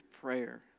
prayer